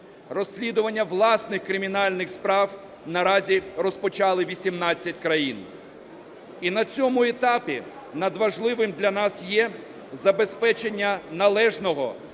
Розслідування власних кримінальних справ наразі розпочали 18 країн і на цьому етапі надважливим для нас є забезпечення належного